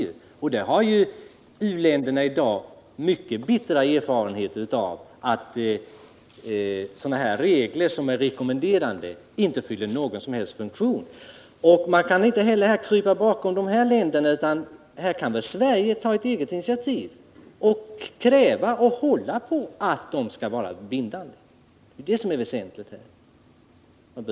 U-länderna har i dag mycket bittra erfarenheter av att rekommenderande regler inte fyller någon som helst funktion. Man behöver inte heller krypa bakom dessa länder. Sverige kan ta ett eget initiativ och kräva att koderna skall vara bindande, vilket är väsentligt.